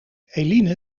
eline